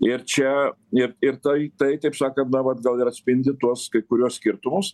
ir čia ir ir tai tai kaip sakant na vat gal ir atspindi tuos kai kuriuos skirtumus